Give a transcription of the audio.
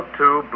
two